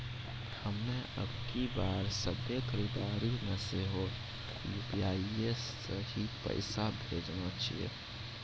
हम्मे अबकी बार सभ्भे खरीदारी मे सेहो यू.पी.आई से ही पैसा भेजने छियै